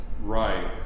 right